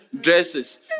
dresses